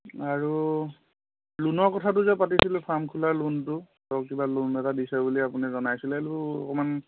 আৰু ল'নৰ কথাটো যে পাতিছিলোঁ ফাৰ্ম খোলাৰ ল'নটো টো কিবা ল'ন এটা দিছে বুলি আপুনি জনাইছিলেও অকণমান